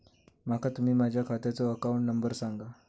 माका तुम्ही माझ्या खात्याचो अकाउंट नंबर सांगा?